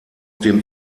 dem